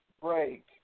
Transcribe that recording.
break